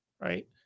right